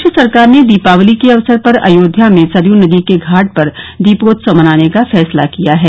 प्रदेश सरकार ने दीपावली के अवसर पर अयोध्या में सरयू नदी के घाट पर दीपोत्सव मनाने का फैसला किया है